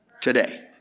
today